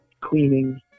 cleaning